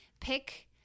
Pick